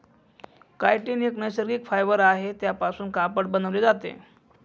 chitin एक नैसर्गिक fibre आहे त्यापासून कापड बनवले जाते